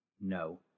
No